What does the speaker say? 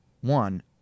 one